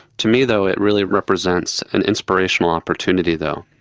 to me though it really represents an inspirational opportunity though.